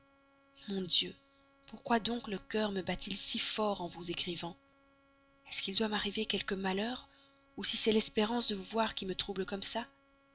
mon dieu pourquoi donc le cœur me bat-il si fort en vous écrivant est-ce qu'il doit m'arriver quelque malheur ou si c'est l'espérance de vous voir qui me trouble comme ça